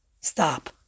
stop